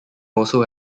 also